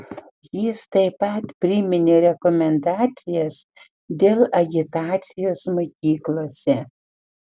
jis taip pat priminė rekomendacijas dėl agitacijos mokyklose